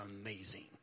amazing